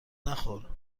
نخور